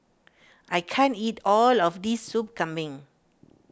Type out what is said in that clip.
I can't eat all of this Soup Kambing